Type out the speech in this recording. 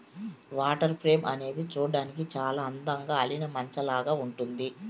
water frame అనేది చూడ్డానికి చానా అందంగా అల్లిన మంచాలాగా ఉంటుంది